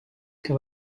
que